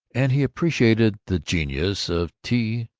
and he appreciated the genius of t.